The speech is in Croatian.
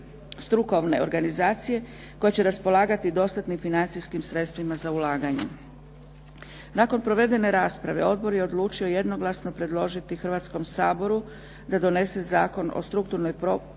strukovne organizacije koje će raspolagati dostatnim financijskim sredstvima za ulaganje. Nakon provedene rasprave Odbor je odlučio jednoglasno predložiti Hrvatskom saboru da donesen Zakon o strukturnoj potpori i